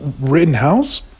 Rittenhouse